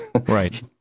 Right